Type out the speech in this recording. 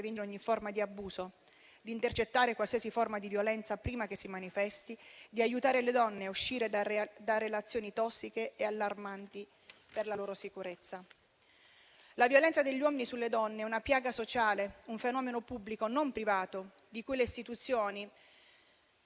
a prevenire ogni forma di abuso, di intercettare qualsiasi forma di violenza prima che si manifesti, di aiutare le donne a uscire da relazioni tossiche e allarmanti per la loro sicurezza. La violenza degli uomini sulle donne è una piaga sociale, un fenomeno pubblico, non privato, di cui le istituzioni